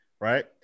right